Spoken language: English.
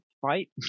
fight